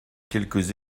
quelques